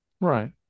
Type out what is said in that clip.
right